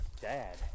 dad